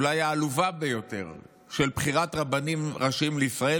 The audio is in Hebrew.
אולי העלובה ביותר של בחירת רבנים ראשיים לישראל,